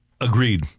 Agreed